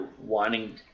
wanting